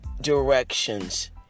directions